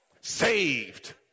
Saved